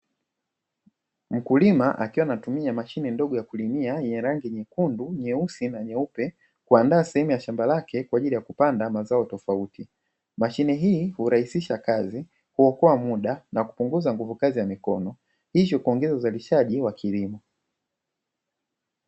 Mkulima akiwa anatumia mashine ndogo ya kulimia yenye rangi nyekundu, nyeusi na nyeupe; kuandaa sehemu ya shamba lake kwa ajili ya kupanda mazao tofauti. Mashine hii hurahisisha kazi, huokoa muda na kupunguza nguvu kazi ya mikono , ili kuongeza uzalishaji wa kilimo.